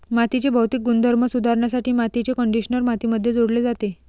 मातीचे भौतिक गुणधर्म सुधारण्यासाठी मातीचे कंडिशनर मातीमध्ये जोडले जाते